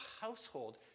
household